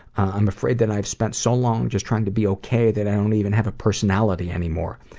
i'm afraid that i've spent so long just trying to be okay, that i dont even have a personality anymore.